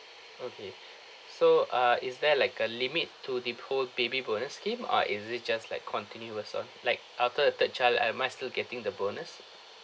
okay so ah is there like a limit to the whole baby bonus scheme or is it just like continuous on like after a third child I am I still getting the bonus